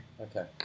okay